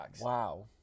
Wow